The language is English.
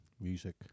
Music